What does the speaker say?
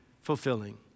fulfilling